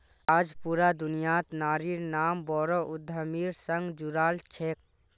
आज पूरा दुनियात नारिर नाम बोरो उद्यमिर संग जुराल छेक